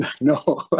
No